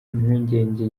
impungenge